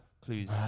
clues